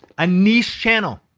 a niche channel.